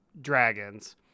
dragons